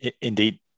Indeed